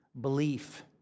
belief